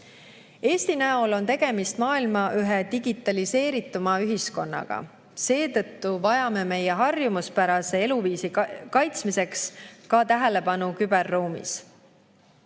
Eesti puhul on tegemist maailma ühe digitaliseerituima ühiskonnaga. Seetõttu peame oma harjumuspärase eluviisi kaitsmisel pöörama tähelepanu ka küberruumile.